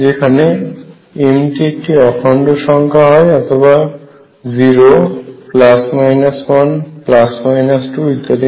যেখানে m টি একটি অখন্ড সংখা হয় অথবা 0 1 2 ইত্যাদি